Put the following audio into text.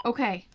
Okay